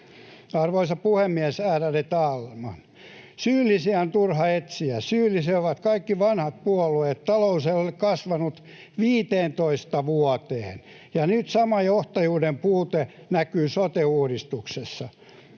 Arvoisa puhemies, ärade talman! Syyllisiä on turha etsiä. Syyllisiä ovat kaikki vanhat puolueet. Talous ei ole kasvanut 15 vuoteen, ja nyt sama johtajuuden puute näkyy sote-uudistuksessa.